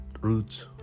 roots